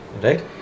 right